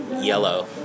yellow